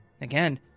Again